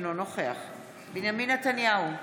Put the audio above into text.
אינו נוכח בנימין נתניהו,